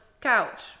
couch